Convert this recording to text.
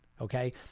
Okay